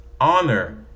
honor